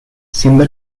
siendo